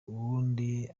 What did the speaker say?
uwundi